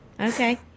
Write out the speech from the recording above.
Okay